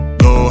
go